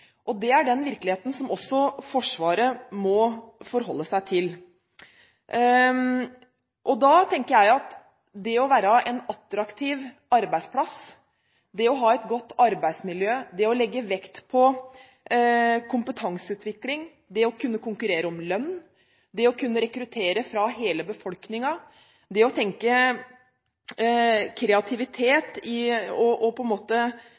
Det er den virkeligheten som også Forsvaret må forholde seg til. Da tenker jeg at det å være en attraktiv arbeidsplass, det å ha et godt arbeidsmiljø, det å legge vekt på kompetanseutvikling, det å kunne konkurrere om lønn, det å kunne rekruttere fra hele befolkningen, det å tenke kreativitet og på en måte